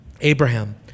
Abraham